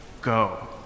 go